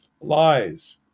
lies